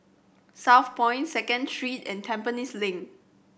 Southpoint Second Street and Tampines Link